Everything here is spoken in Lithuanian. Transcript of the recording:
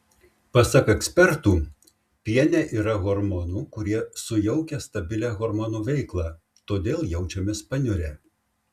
pasak ekspertų piene yra hormonų kurie sujaukia stabilią hormonų veiklą todėl jaučiamės paniurę